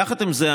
יחד עם זה,